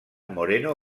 moreno